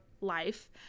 life